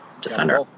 defender